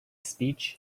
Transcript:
speech